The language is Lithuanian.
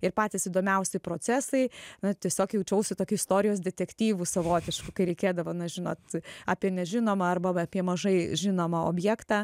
ir patys įdomiausi procesai na tiesiog jaučiausi tokiu istorijos detektyvų savotišku kai reikėdavo na žinot apie nežinomą arba apie mažai žinomą objektą